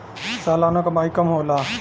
सलाना कमाई कम होला